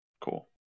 cool